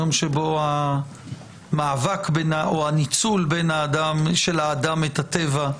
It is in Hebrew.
היום שבו הניצול של האדם את הטבע,